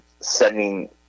sending